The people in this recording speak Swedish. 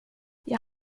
jag